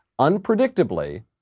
unpredictably